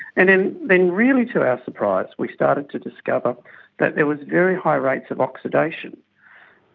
and and then really to our surprise we started to discover that there was very high rates of oxidation.